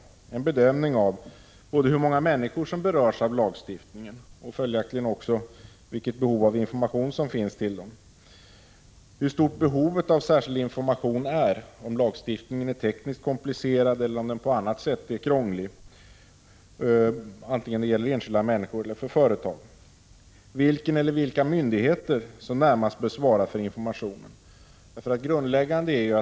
1985/86:134 bedömning av både hur många människor som berörs av lagstiftningen och 6 maj 1986 följaktligen också vilket behov av information som finns — hur stort behovet av särskild information är, om lagstiftningen är tekniskt komplicerad eller om den på annat sätt är krånglig, vare sig det gäller enskilda människor eller företag, och vilka eller vilka myndigheter som närmast bör svara för informationen.